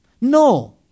No